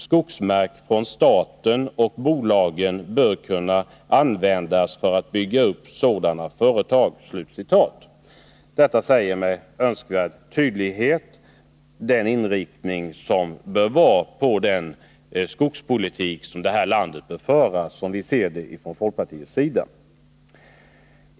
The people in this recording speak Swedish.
Skogsmark från staten och bolagen bör kunna användas för att kunna bygga upp sådana företag.” Detta visar med önskvärd tydlighet vilken inriktning den skogspolitik bör ha som vårt land skall föra, såsom vi ser det i folkpartiet.